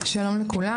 שלום לכולם,